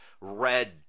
red